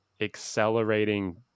accelerating